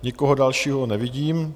Nikoho dalšího nevidím.